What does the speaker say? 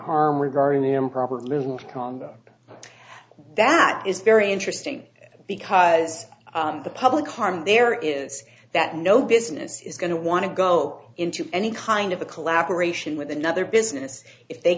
harm regarding the improper result condo that is very interesting because the public harm there is that no business is going to want to go into any kind of a collaboration with another business if they